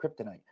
kryptonite